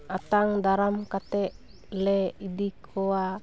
ᱟᱛᱟᱝ ᱫᱟᱨᱟᱢ ᱠᱟᱛᱮᱫ ᱞᱮ ᱤᱫᱤᱠᱚᱣᱟ